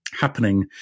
happening